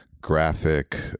graphic